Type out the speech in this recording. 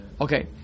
Okay